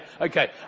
Okay